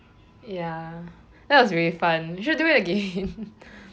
ya that was very fun we should do it again